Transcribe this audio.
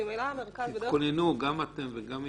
כי ממילא המרכז --- תתכוננו גם אתם וגם האוצר,